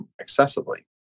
excessively